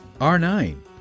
R9